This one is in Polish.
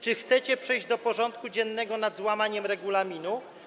Czy chcecie przejść do porządku dziennego nad złamaniem regulaminu?